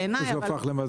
בעיניי.